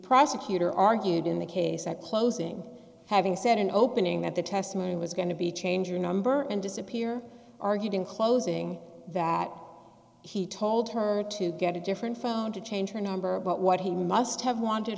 prosecutor argued in the case at closing having said in opening that the testimony was going to be change or number and disappear argued in closing that he told her to get a different phone to change her number but what he must have wanted